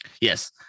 yes